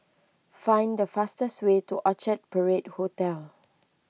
find the fastest way to Orchard Parade Hotel